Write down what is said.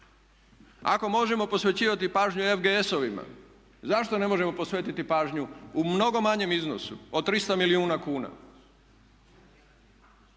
Ako možemo posvećivati pažnju FGS-ovima, zašto ne možemo posvetiti pažnju u mnogo manjem iznosu od 300 milijuna kuna